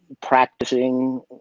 practicing